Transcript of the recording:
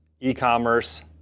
e-commerce